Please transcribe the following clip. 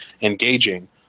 engaging